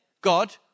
God